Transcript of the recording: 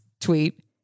tweet